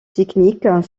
techniques